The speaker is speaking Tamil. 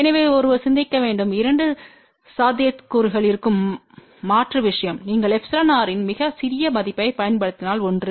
எனவே ஒருவர் சிந்திக்க வேண்டும் இரண்டு சாத்தியக்கூறுகள் இருக்கும் மாற்று விஷயம் நீங்கள் εrஇன் மிகச் சிறிய மதிப்பைப் பயன்படுத்தினால் ஒன்று